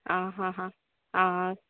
आहाहा आं